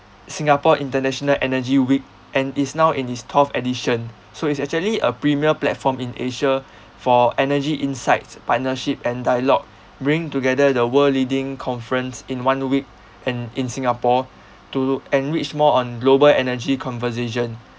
singapore international energy week and is now in its twelfth edition so it's actually a premier platform in asia for energy insights partnership and dialogue bring together the world leading conference in one week and in singapore to enrich more on global energy conversation